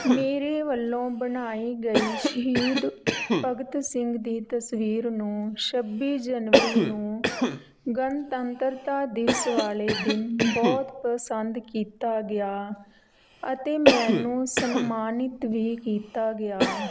ਮੇਰੇ ਵੱਲੋਂ ਬਣਾਈ ਗਈ ਸ਼ਹੀਦ ਭਗਤ ਸਿੰਘ ਦੀ ਤਸਵੀਰ ਨੂੰ ਛੱਬੀ ਜਨਵਰੀ ਨੂੰ ਗਣਤੰਤਰਤਾ ਦਿਵਸ ਵਾਲੇ ਦਿਨ ਬਹੁਤ ਪਸੰਦ ਕੀਤਾ ਗਿਆ ਅਤੇ ਮੈਨੂੰ ਸਨਮਾਨਿਤ ਵੀ ਕੀਤਾ ਗਿਆ